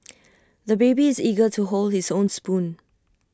the baby is eager to hold his own spoon